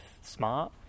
smart